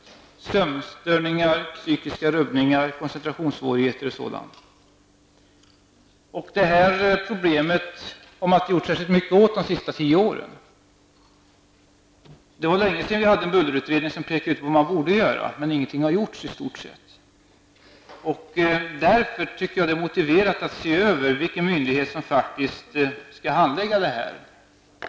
Det är fråga om sömnstörningar, psykiska rubbningar, koncentrationssvårigheter m.m. Det här problemet har man inte gjort särskilt mycket åt under de senaste tio åren. Det var länge sedan en budgetutredning pekade ut vad som borde göras. Inget har i stort sett gjorts. Jag tycker därför att det är motiverat att se över vilken myndighet som faktiskt skall handlägga dessa frågor.